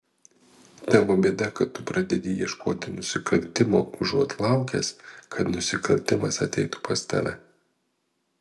tavo bėda kad tu pradedi ieškoti nusikaltimo užuot laukęs kad nusikaltimas ateitų pas tave